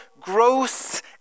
gross